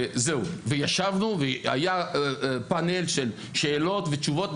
ישבנו ויהיה פאנל של שאלות ותשובות.